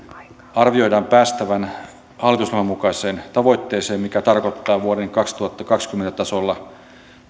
arvioidaan päästävän hallitusohjelman mukaiseen tavoitteeseen mikä tarkoittaa vuoden kaksituhattakaksikymmentä tasolla